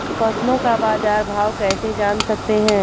फसलों का बाज़ार भाव कैसे जान सकते हैं?